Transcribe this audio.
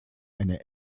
eine